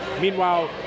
Meanwhile